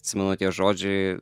atsimenu tie žodžiai